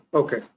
okay